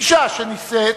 אשה שנישאת,